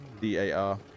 D-A-R